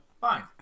fine